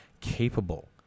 capable